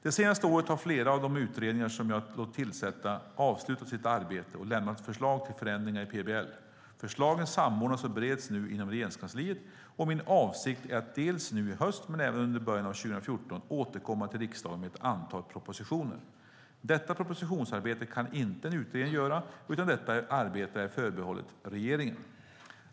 Det senaste året har flera av de utredningar som jag har låtit tillsätta avslutat sitt arbete och lämnat förslag till förändringar i PBL. Förslagen samordnas och bereds nu inom Regeringskansliet, och min avsikt är att nu i höst men även under början av 2014 återkomma till riksdagen med ett antal propositioner. Detta propositionsarbete kan inte en utredning göra utan detta arbete är förbehållet regeringen.